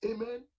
Amen